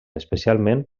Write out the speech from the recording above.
especialment